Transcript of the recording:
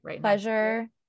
pleasure